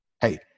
Hey